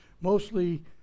mostly